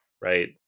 right